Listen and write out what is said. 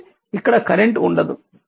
కాబట్టి ఇక్కడ కరెంట్ ఉండదు